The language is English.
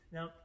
Now